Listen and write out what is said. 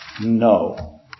No